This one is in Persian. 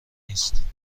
نیست